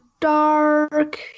dark